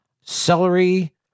celery